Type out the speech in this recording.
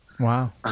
Wow